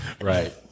Right